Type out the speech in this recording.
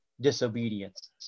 disobedience